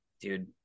dude